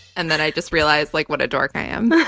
and then i just realized like what a dork i am.